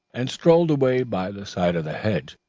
and strolled away by the side of the hedge,